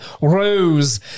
Rose